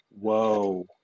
Whoa